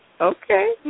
Okay